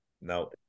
no